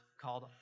called